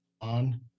on